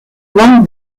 van